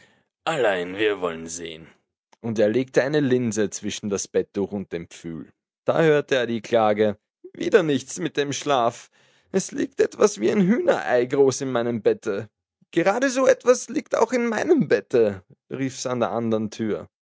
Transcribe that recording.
allein wir wollen sehen und er legte eine linse zwischen das bettuch und den pfühl da hörte er die klage wieder nichts mit dem schlaf es liegt etwas wie ein hühnerei groß in meinem bette geradeso etwas liegt auch in meinem bette rief's an der andern tür